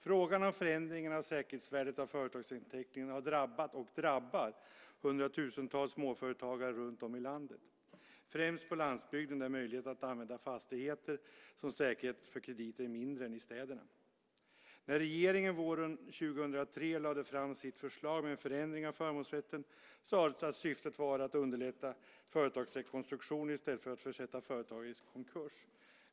Frågan om förändringen av säkerhetsvärdet av företagsinteckningen har drabbat och drabbar hundratusentals småföretagare runtom i landet, främst på landsbygden där möjligheten att använda fastigheter som säkerhet för krediter är mindre än i städerna. När regeringen våren 2003 lade fram sitt förslag om en förändring av förmånsrätten sades det att syftet var att underlätta företagsrekonstruktioner i stället för att försätta företag i konkurs.